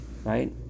Right